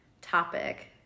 topic